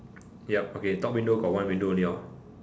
yup okay top window got one window only hor